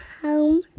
Home